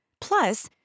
Plus